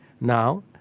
now